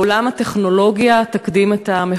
לעולם תקדים הטכנולוגיה את המחוקק,